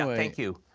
um thank you.